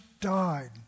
died